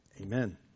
Amen